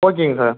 ஓகேங்க சார்